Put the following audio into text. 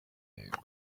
intego